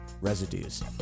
Residues